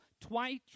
twice